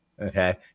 Okay